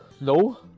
No